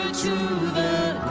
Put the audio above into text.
to the